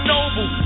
Noble